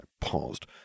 paused